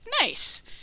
nice